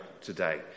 today